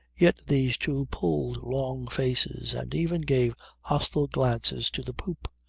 yet these two pulled long faces and even gave hostile glances to the poop.